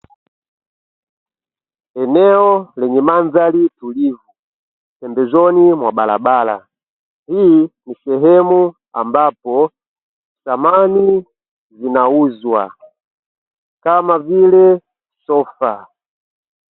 Eneo lenye mandahari tulivu, pembezoni mwa barabara, hii ni sehemu ambapo samani zinauzwa, kama vile sofa.